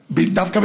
דווקא,